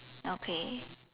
okay